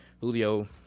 Julio